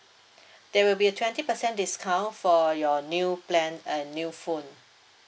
there will be a twenty percent discount for your new plan and new phone